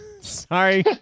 Sorry